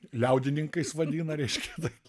liaudininkais vadina reiškia taip